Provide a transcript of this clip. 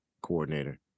coordinator